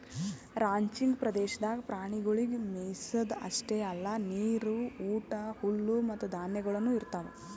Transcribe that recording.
ranching ಪ್ರದೇಶದಾಗ್ ಪ್ರಾಣಿಗೊಳಿಗ್ ಮೆಯಿಸದ್ ಅಷ್ಟೆ ಅಲ್ಲಾ ನೀರು, ಊಟ, ಹುಲ್ಲು ಮತ್ತ ಧಾನ್ಯಗೊಳನು ಇರ್ತಾವ್